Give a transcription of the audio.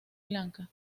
lanka